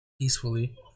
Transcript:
peacefully